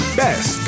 best